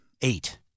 Eight